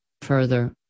Further